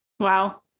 Wow